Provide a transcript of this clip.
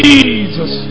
Jesus